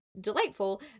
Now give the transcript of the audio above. delightful